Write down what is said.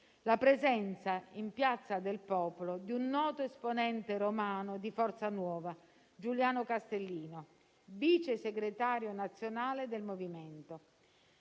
la presenza in Piazza del Popolo di un noto esponente romano di Forza Nuova, Giuliano Castellino, vice segretario nazionale del movimento.